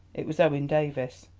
it was owen davies.